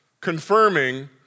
confirming